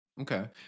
Okay